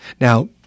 Now